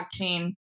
blockchain